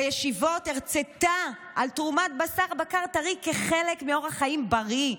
בישיבות היא הרצתה על תרומת בשר בקר טרי כחלק מאורח חיים בריא,